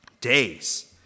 days